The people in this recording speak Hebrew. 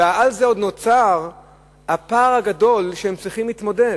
ועל זה עוד נוצר הפער הגדול, והם צריכים להתמודד.